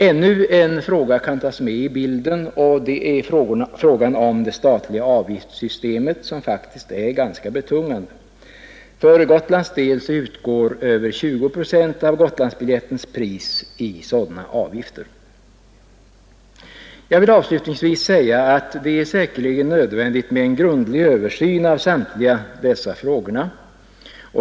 Ännu en viktig fråga som kan tas med i bilden är det statliga avgiftssystemet som faktiskt är ganska betungande. Över 20 procent av biljettpriserna i flygtrafiken på Gotland består av sådana avgifter. Jag vill avslutningsvis säga, att det säkerligen är nödvändigt med en grundlig översyn av samtliga dessa frågor.